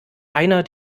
einer